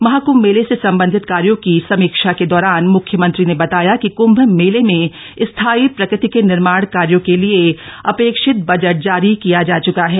महाकम्म मेले से सम्बन्धित कायोँ की समीक्षा के दौरान मुख्यमंत्री ने बताया कि कृम्म मेले में स्थायी प्रकृति के निर्माण कायोँ के लिए अपेक्षित बजट जारी किया जा चुका है